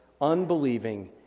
unbelieving